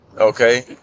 Okay